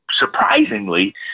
surprisingly